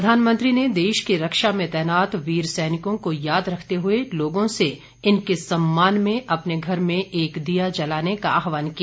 प्रधानमंत्री ने देश की रक्षा में तैनात वीर सैनिकों को याद रखते हुए लोगों से इनके सम्मान में अपने घर में एक दीया जलाने का आहवान किया